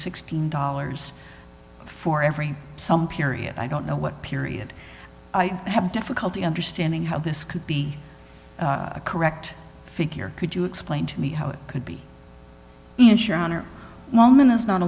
sixteen dollars for every some period i don't know what period i have difficulty understanding how this could be a correct figure could you explain to me how it could be insure on or moment is not